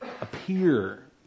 appear